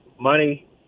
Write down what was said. money